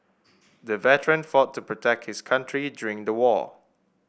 the veteran fought to protect his country during the war